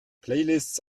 playlists